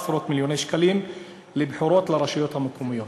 עשרות-מיליוני שקלים לבחירות לרשויות המקומיות.